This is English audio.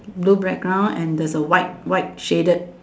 blue background and there's a white white shaded